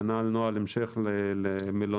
וכנ"ל נוהל המשך למלונאים.